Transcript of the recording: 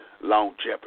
longevity